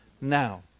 now